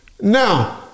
Now